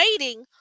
waiting